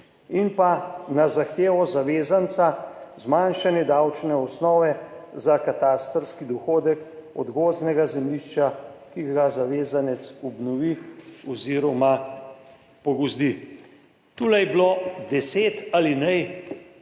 in na zahtevo zavezanca zmanjšanje davčne osnove za katastrski dohodek od gozdnega zemljišča, ki ga zavezanec obnovi oziroma pogozdi. Tule je bilo 10 alinej, ki pomenijo